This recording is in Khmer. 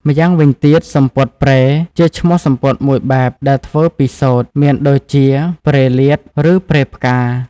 ម្យ៉ាងវិញទៀតសំពត់ «ព្រែ» ជាឈ្មោះសំពត់មួយបែបដែលធ្វើពីសូត្រ មានដូចជាព្រែលាត ឬព្រែផ្កា។